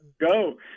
Go